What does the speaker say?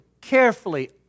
carefully